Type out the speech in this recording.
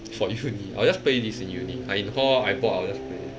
for uni I will just play this in uni I in hall I bought others to play